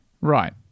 Right